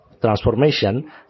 transformation